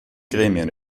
gremien